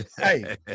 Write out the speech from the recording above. Hey